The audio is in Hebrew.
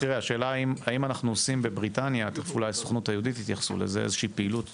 השאלה היא האם אנחנו עושים בבריטניה איזושהי פעילות